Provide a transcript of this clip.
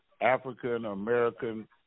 African-American